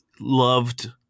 loved